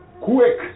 quick